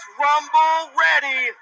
rumble-ready